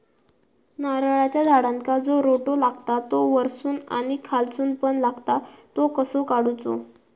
नारळाच्या झाडांका जो रोटो लागता तो वर्सून आणि खालसून पण लागता तो कसो काडूचो?